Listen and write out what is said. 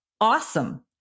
awesome